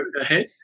ahead